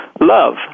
love